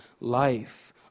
life